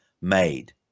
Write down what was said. made